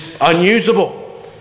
unusable